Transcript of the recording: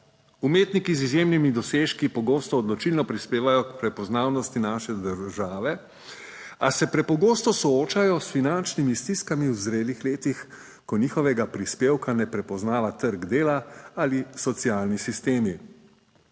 Umetniki z izjemnimi dosežki pogosto odločilno prispevajo k prepoznavnosti naše države, a se prepogosto soočajo s finančnimi stiskami v zrelih letih, ko njihovega prispevka ne prepoznava trg dela ali socialni sistemi.